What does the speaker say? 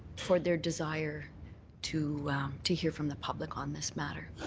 for their desire to to hear from the public on this matter.